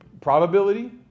probability